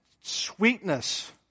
sweetness